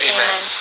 Amen